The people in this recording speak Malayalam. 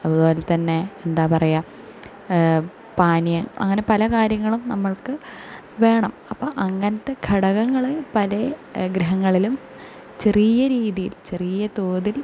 അതുപോലെ തന്നെ എന്താ പറയാ പാനീയം അങ്ങനെ പല കാര്യങ്ങളും നമ്മൾക്ക് വേണം അപ്പോൾ അങ്ങനത്തെ ഘടകങ്ങൾ പല ഗ്രഹങ്ങളിലും ചെറിയ രീതിയിൽ ചെറിയ തോതിൽ